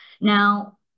Now